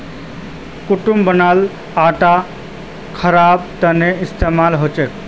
कुट्टूर बनाल आटा खवार तने इस्तेमाल होचे